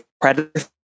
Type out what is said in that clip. credit